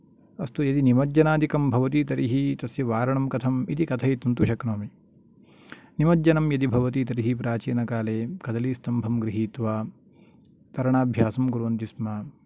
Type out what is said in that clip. अस्तु यदि निमज्जनादिकं भवति तर्हि तस्य वारणं कथं इति कथयितुं तु शक्नोमि निमज्जनं यदि भवति तर्हि प्राचीनकाले कदलिस्तंम्भं गृहित्वा तरणाभ्यासं कुर्वन्ति स्म